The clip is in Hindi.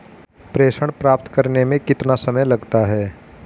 प्रेषण प्राप्त करने में कितना समय लगता है?